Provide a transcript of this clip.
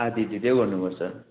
आधा दिँदै गर्नुपर्छ